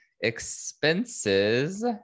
Expenses